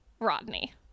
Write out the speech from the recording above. Rodney